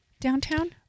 downtown